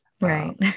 Right